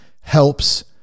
helps